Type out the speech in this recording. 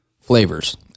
flavors